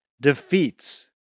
defeats